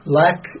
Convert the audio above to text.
lack